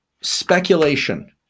speculation